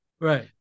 right